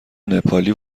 نپالی